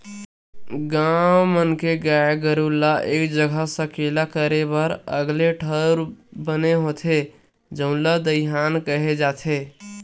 गाँव मन के गाय गरू ल एक जघा सकेला करे बर अलगे ठउर बने होथे जउन ल दईहान केहे जाथे